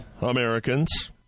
Americans